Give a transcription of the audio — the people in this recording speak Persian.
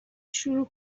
شروع